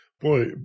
boy